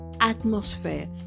atmosphere